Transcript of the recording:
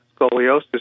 scoliosis